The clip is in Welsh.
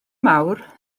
mawr